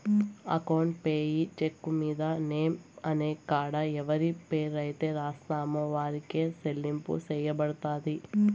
account payee cheque మీద name అనే కాడ ఎవరి పేరైతే రాస్తామో ఆరికే సెల్లింపు సెయ్యబడతది